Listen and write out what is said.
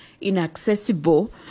inaccessible